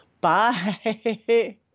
Bye